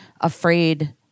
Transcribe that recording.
afraid